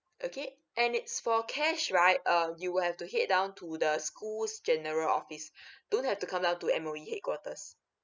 okay and it's for cash right um you will have to head down to the schools general office don't have to come down to M_O_E headquarters